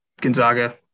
Gonzaga